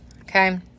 okay